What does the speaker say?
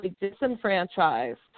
disenfranchised